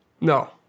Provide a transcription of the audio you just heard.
No